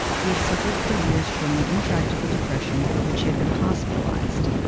he had suffered for years from an intractable depression for which he had been hospitalized.